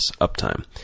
uptime